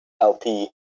LP